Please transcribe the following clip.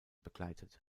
begleitet